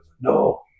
No